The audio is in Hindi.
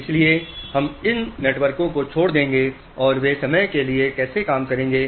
इसलिए हम इन नेटवर्कों को छोड़ देंगे और वे समय के लिए कैसे काम करेंगे